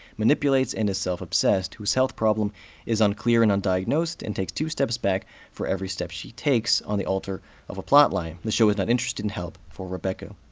manipulates, and is self-obsessed, whose health problem is unclear and undiagnosed, and takes two steps back for every step she takes, on the altar of a plotline. the show is not interested in help for rebecca.